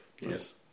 Yes